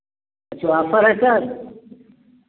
कुछ ऑफर है सर